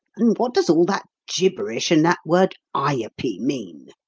and what does all that gibberish and that word ayupee mean?